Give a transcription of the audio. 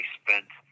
spent